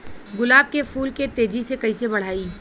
गुलाब के फूल के तेजी से कइसे बढ़ाई?